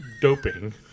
doping